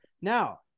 now